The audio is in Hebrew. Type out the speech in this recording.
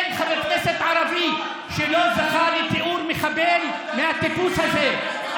אין חבר כנסת ערבי שלא זכה לתיאור "מחבל" מהטיפוס הזה,